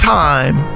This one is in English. time